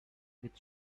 with